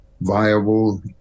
viable